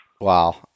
Wow